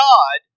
God